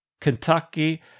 Kentucky